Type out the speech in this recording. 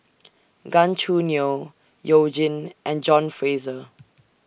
Gan Choo Neo YOU Jin and John Fraser